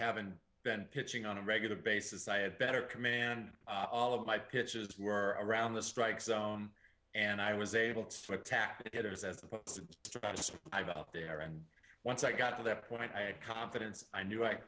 haven't been pitching on a regular basis i had better command all of my pitches were around the strike zone and i was able to tap it as i got up there and once i got to that point i had confidence i knew i